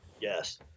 Yes